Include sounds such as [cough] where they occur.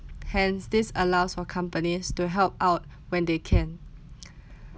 hence this allows for company to help out when they can [noise] [breath]